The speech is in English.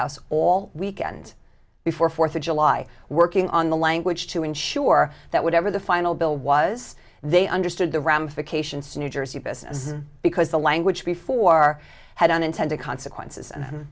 house all weekend before fourth of july working on the language to ensure that whatever the final bill was they understood the ramifications to new jersey businesses because the language before had unintended consequences and